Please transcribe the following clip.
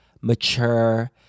mature